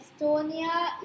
Estonia